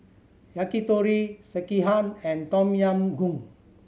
Yakitori Sekihan and Tom Yam Goong